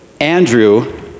Andrew